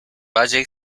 valle